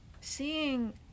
seeing